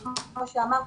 כמו שאמרתי,